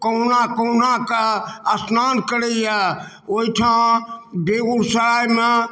कहुना कहुना कऽ अस्नान करैए ओहिठाम बेगूसरायमे